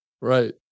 Right